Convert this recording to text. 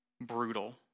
brutal